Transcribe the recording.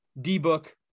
D-Book